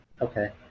Okay